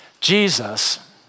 Jesus